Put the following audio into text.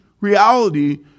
reality